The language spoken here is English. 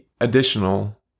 additional